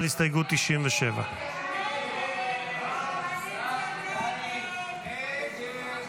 הסתייגות 97. הסתייגות 97 לא נתקבלה.